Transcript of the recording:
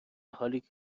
حالیکه